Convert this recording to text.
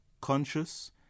conscious